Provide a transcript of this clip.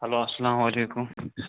hello اَسلام علیکُم